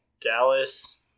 Dallas